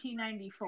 1994